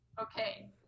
Okay